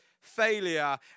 failure